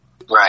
Right